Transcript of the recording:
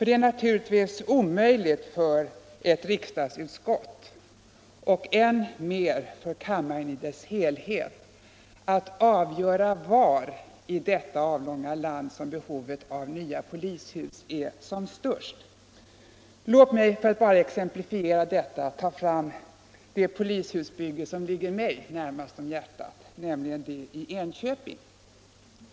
Det är naturligtvis omöjligt för ett riksdagsutskott, och än mer för kammaren i dess helhet, att avgöra var i detta avlånga land behovet av nytt polishus är störst. Låt mig för att exemplifiera peka på det polishusbygge som ligger mig närmast om hjärtat, nämligen det i Enköping.